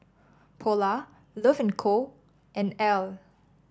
Polar Love and Co and Elle